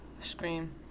Scream